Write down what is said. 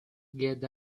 get